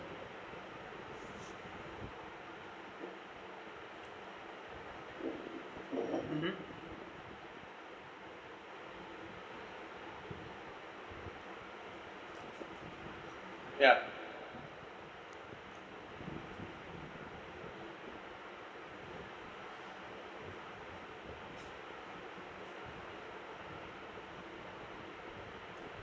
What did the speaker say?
mmhmm ya \<B